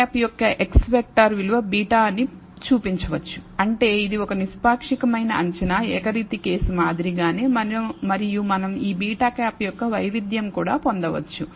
β̂ యొక్క X vector విలువ β అని చూపించవచ్చుఅంటే అది ఒక నిష్పాక్షికమైన అంచనా ఏకరీతి కేసు మాదిరిగానే మరియు మనం ఈ β̂ యొక్క వైవిధ్యం కూడా పొందవచ్చు